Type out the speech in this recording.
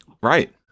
Right